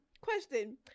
Question